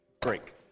Break